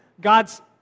God's